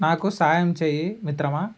నాకు సాయం చేయి మిత్రమా